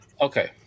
okay